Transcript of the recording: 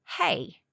Hey